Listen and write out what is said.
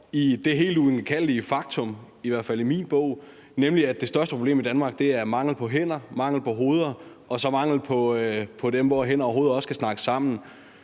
i det, i hvert fald i min bog, helt ubestridelige faktum, at det største problem i Danmark er mangel på hænder, mangel på hoveder, og så også mangel på dem, hvor hænder og hoveder også kan snakke sammen.